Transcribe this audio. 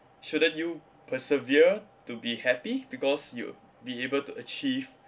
shouldn't you persevere to be happy because you'll be able to achieve